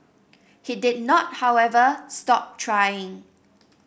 he did not however stop trying